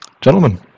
Gentlemen